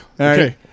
Okay